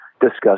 discuss